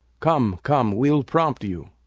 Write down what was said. come, come, we'll prompt you.